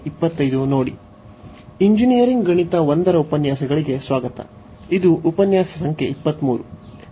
ಇದು ಉಪನ್ಯಾಸ ಸಂಖ್ಯೆ 23